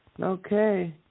Okay